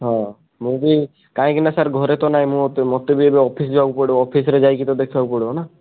ହଁ ମୁଁ ବି କାହିଁକି ନା ସାର୍ ଘରେ ତ ନାହିଁ ମୁଁ ମୋତେ ବି ଏବେ ଅଫିସ ଯିବାକୁ ପଡ଼ିବ ଅଫିସରେ ଯାଇକି ତ ଦେଖିବାକୁ ପଡ଼ିବ ନା